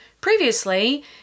previously